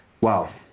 Wow